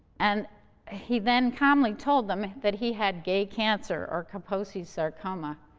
and he then calmly told them that he had gay cancer, or kaposi's sarcoma.